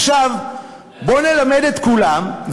עכשיו בוא נלמד את כולם,